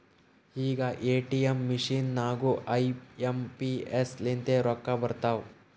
ಈಗ ATM machine ನಾಗೂ I M P S ಲಿಂತೆ ರೊಕ್ಕಾ ಬರ್ತಾವ್